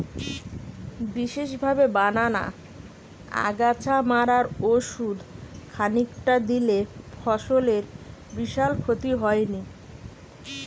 বিশেষভাবে বানানা আগাছা মারার ওষুধ খানিকটা দিলে ফসলের বিশাল ক্ষতি হয়নি